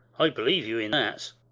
i believe you in that.